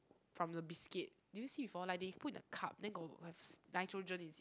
from the biscuit did you see before like they put in the cup then got have nitrogen is it